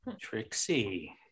Trixie